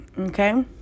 Okay